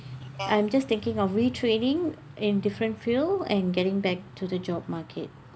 I'm just thinking of retraining in different field and getting back to the job market